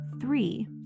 three